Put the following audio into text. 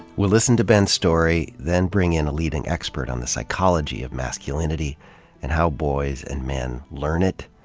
we'll listen to ben's story, then bring in a leading expert on the psychology of masculinity and how boys and men learn it,